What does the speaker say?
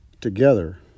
together